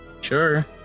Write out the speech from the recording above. Sure